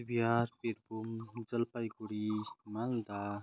Cooch Behar Birbhum Jalpaiguri Malda